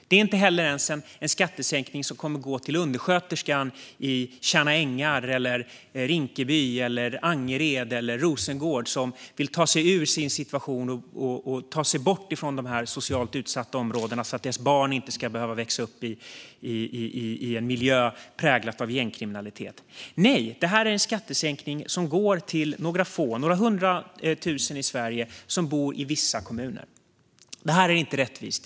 Det är inte ens en skattesänkning som kommer att gå till undersköterskan i Tjärna ängar, Rinkeby, Angered eller Rosengård och som vill ta sig ur sin situation och komma bort från de socialt utsatta områdena för att barnen inte ska behöva växa upp i en miljö präglad av gängkriminalitet. Nej, det här är en skattesänkning som går till några få. Den går till några hundra tusen i Sverige som bor i vissa kommuner. Det här är inte rättvist.